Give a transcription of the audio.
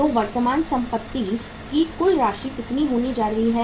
तो वर्तमान संपत्ति की कुल राशि कितनी होने जा रही है